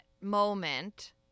moment